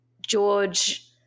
George